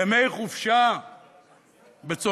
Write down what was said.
ימי חופשה בצרפת,